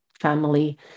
family